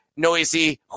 noisy